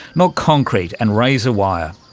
not concrete and razorwire.